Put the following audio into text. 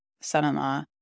son-in-law